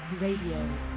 Radio